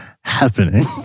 happening